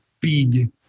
big